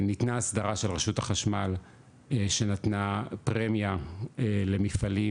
ניתנה הסדרה של רשות החשמל שנתנה פרמיה למפעלים